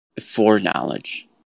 foreknowledge